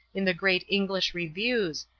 in the great english reviews,